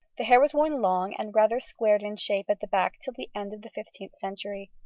the hair was worn long and rather squared in shape at the back till the end of the fifteenth century.